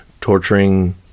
torturing